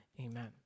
Amen